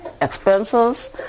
expenses